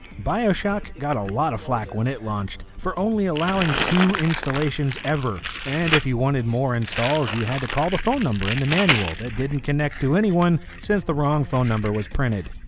bioshock got a lot of flak when it launched for only allowing two installations ever. and if you wanted more installs you had to call the phone number in the manual that didn't connect to anyone, since the wrong phone number was printed.